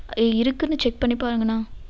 இருக்கானு செக் பண்ணி பாருங்கண்ணா